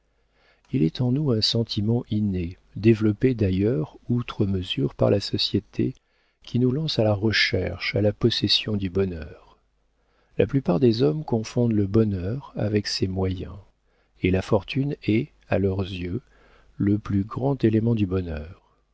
il est en nous un sentiment inné développé d'ailleurs outre mesure par la société qui nous lance à la recherche à la possession du bonheur la plupart des hommes confondent le bonheur avec ses moyens et la fortune est à leurs yeux le plus grand élément du bonheur